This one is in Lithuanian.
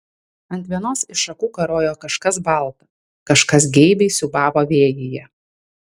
ant vienos iš šakų karojo kažkas balta kažkas geibiai siūbavo vėjyje